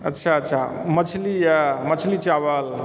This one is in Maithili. अच्छा अच्छा मछली यऽ मछली चावल